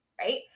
right